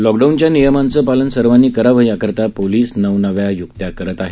लॉकडाऊनच्या नियमांचं पालन सर्वांनी करावं याकरता पोलीस नवनव्या युक्त्या करीत आहेत